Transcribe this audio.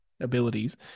abilities